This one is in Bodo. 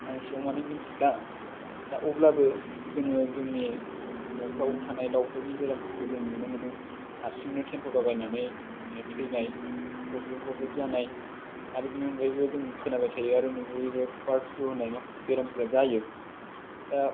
आं इसिबां मानि मोनथिला दा अब्लाबो जोङो जोंनि न'फ्राव थानाय दाउफोरनि बेरामफोरखौ जों नुनो मोनो हारसिंनो थेन्थला बायनानै थैनाय गबजब गबजब जानाय आरो बिनि अनगायैबो जों खोनाबाय थायो आरो नुबोबायबो बार्डप्लु होन्नाय माखासे बेरामफोरा जायो दा